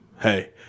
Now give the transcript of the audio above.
hey